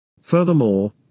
Furthermore